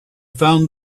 found